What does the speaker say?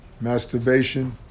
masturbation